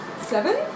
Seven